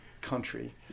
country